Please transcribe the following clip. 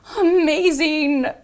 amazing